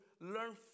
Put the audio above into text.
learn